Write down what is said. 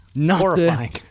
horrifying